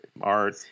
art